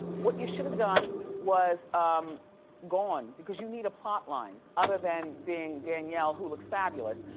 what you should have done was um gone because you need a plot line other than being danielle who looks fabulous.